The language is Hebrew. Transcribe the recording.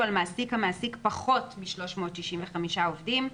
על מעסיק המעסיק פחות מ-365 עובדים.